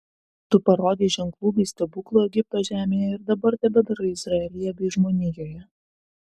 tu parodei ženklų bei stebuklų egipto žemėje ir dabar tebedarai izraelyje bei žmonijoje